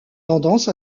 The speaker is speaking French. tendance